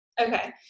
Okay